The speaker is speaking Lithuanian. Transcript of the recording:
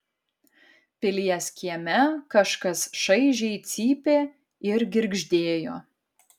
pilies kieme kažkas šaižiai cypė ir girgždėjo